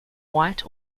white